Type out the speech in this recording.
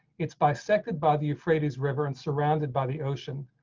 it's by second by the euphrates river and surrounded by the ocean,